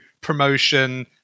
promotion